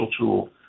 tool